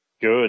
Good